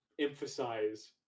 emphasize